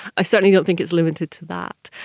i certainly don't think it's limited to that.